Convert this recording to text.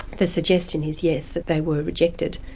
the suggestion is yes, that they were rejected,